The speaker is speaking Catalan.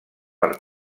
per